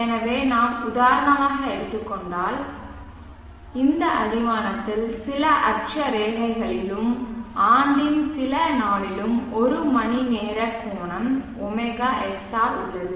எனவே நாம் உதாரணமாக எடுத்துக் கொண்டால் இந்த அடிவானத்தில் சில அட்சரேகைகளிலும் ஆண்டின் சில நாளிலும் ஒரு மணிநேர கோணம் ωsr உள்ளது